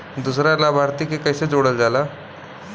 दूसरा लाभार्थी के कैसे जोड़ल जाला?